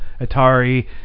Atari